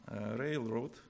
railroad